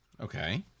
Okay